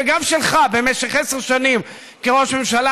וגם שלך במשך עשר שנים כראש ממשלה,